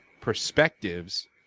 perspectives